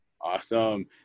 Awesome